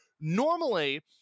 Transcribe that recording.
normally